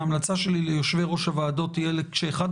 ההמלצה שלי ליושבי-ראש הוועדות תהיה שאחד